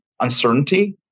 uncertainty